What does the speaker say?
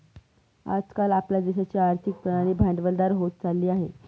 आज काल आपल्या देशाची आर्थिक प्रणाली भांडवलदार होत चालली आहे